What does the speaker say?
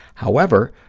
however,